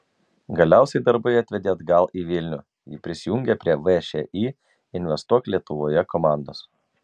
galiausiai darbai atvedė atgal į vilnių ji prisijungė prie všį investuok lietuvoje komandos